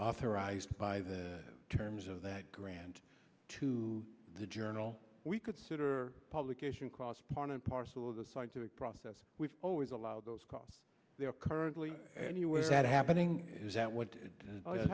authorized by the terms of that grant to the journal we could sit or publication cross part and parcel of the scientific process we've always a law those costs are currently and where that happening is that what is